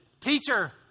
Teacher